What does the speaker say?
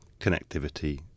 connectivity